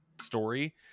story